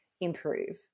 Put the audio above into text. improve